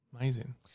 Amazing